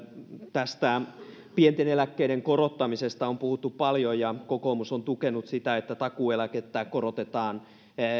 tästä pienten eläkkeiden korottamisesta on puhuttu paljon ja kokoomus on tukenut sitä että takuueläkettä korotetaan